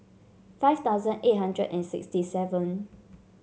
five thousand eight hundred and sixty seven